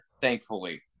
thankfully